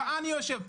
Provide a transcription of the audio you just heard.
שעה אני יושב פה.